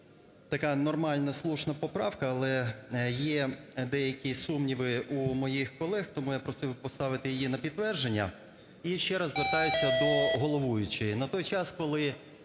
така нормальна слушна поправка. Але є деякі сумніви у моїх колег. Тому я просив би поставити її на підтвердження. І ще раз звертаюся до головуючої.